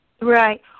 Right